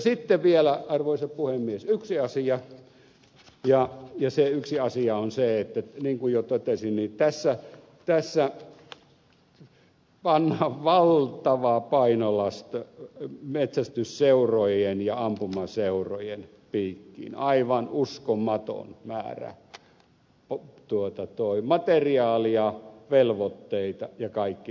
sitten vielä arvoisa puhemies yksi asia ja se yksi asia on se että niin kuin jo totesin tässä pannaan valtava painolasti metsästysseurojen ja ampumaseurojen piikkiin aivan uskomaton määrä materiaalia velvoitteita ja kaikkea tätä